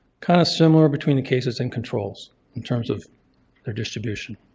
kind of similar between the cases and controls in terms of their distribution.